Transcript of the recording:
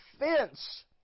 offense